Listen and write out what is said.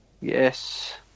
yes